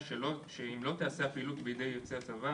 שאם לא תיעשה הפעילות בידי יוצאי הצבא